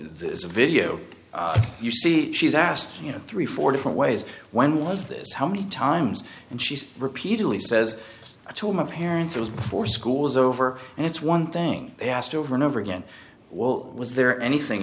that video you see she's asked you know three four different ways when was this how many times and she's repeatedly says i told my parents it was before school's over and it's one thing i asked over and over again well was there anything